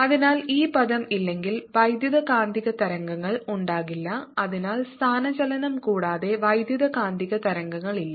അതിനാൽ ഈ പദം ഇല്ലെങ്കിൽ വൈദ്യുതകാന്തിക തരംഗങ്ങൾ ഉണ്ടാകില്ല അതിനാൽ സ്ഥാനചലനം കൂടാതെ വൈദ്യുതകാന്തിക തരംഗങ്ങളില്ല